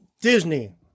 Disney